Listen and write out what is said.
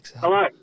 hello